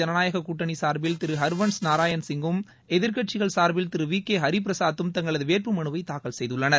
ஜனநாயகக்கூட்டணி சார்பில் திரு ஹர்வன்ஸ் நாராயண்சிங்கும் எதிர்க்கட்சிகள் சார்பில் திரு வி கே ஹரிபிரசாத்தும் தங்களது வேட்பு மனுவை தாக்கல் செய்தனர்